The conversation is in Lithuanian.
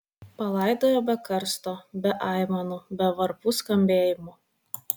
palaidojo be karsto be aimanų be varpų skambėjimo